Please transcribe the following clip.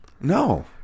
No